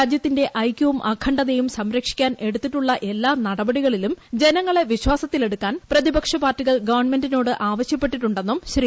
രാജ്യത്തിന്റെ ഐക്യവും അഖണ്ഡതയും സംരക്ഷീക്കാ്നെടുത്തിട്ടുള്ള എല്ലാ നടപടികളിലും ജനങ്ങളെ വിശ്വാസത്തിലെടുക്കാൻ പ്രതിപക്ഷ പാർട്ടികൾ ഗവൺമെന്റിനോട് ആവശ്യപ്പെട്ടിട്ടുണ്ടെന്നും ശ്രീ